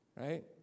Right